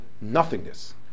nothingness